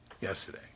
Yesterday